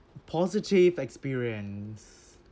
positive experience